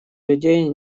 людей